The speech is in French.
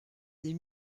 des